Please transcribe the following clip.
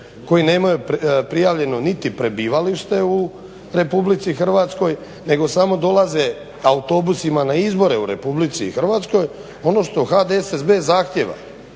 koji nemaju prijavljeno niti prebivalište u RH nego samo dolaze autobusima na izbore u RH ono što HDSSB zahtijeva